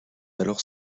alors